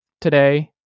today